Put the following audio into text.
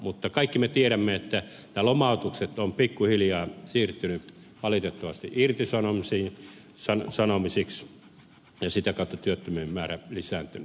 mutta kaikki me tiedämme että nämä lomautukset ovat pikkuhiljaa siirtyneet valitettavasti irtisanomisiksi ja sitä kautta työttömien määrä on lisääntynyt